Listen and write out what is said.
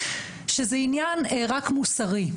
שזה רק עניין מוסרי,